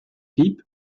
hieb